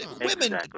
women